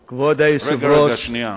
רגע, שנייה.